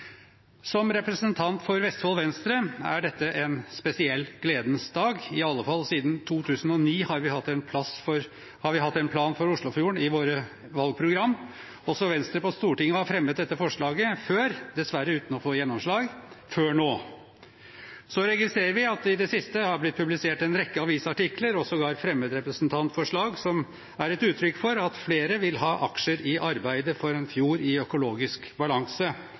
Som representant for Vestfold Venstre er dette en spesiell, gledens dag. I alle fall siden 2009 har vi hatt en plan for Oslofjorden i våre valgprogram. Også Venstre på Stortinget har fremmet dette forslaget før, dessverre uten å få gjennomslag før nå. Så registrerer vi at det i det siste har blitt publisert en rekke avisartikler – og sågar fremmet representantforslag – som er et uttrykk for at flere vil ha aksjer i arbeidet for en fjord i økologisk balanse.